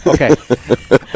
Okay